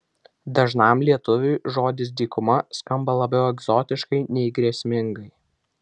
dažnam lietuviui žodis dykuma skamba labiau egzotiškai nei grėsmingai